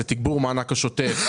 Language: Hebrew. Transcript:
זה תגבור מענק השוטף,